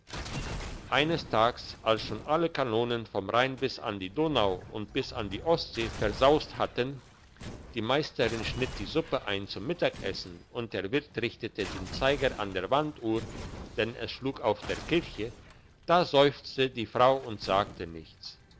eines tags als schon alle kanonen vom rhein bis an die donau und bis an die ostsee versaust hatten die meisterin schnitt die suppe ein zum mittagessen und der wirt richtete den zeiger an der wanduhr denn es schlug auf der kirche da seufzte die frau und sagte nichts